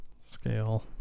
scale